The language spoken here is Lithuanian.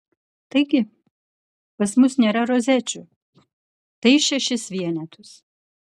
taigi pas mus nėra rozečių tai šešis vienetus